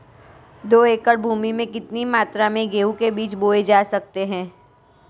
दो एकड़ भूमि में कितनी मात्रा में गेहूँ के बीज बोये जा सकते हैं?